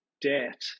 debt